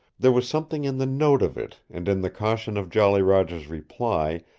there was something in the note of it, and in the caution of jolly roger's reply,